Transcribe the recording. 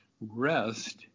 rest